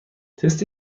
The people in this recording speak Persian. تست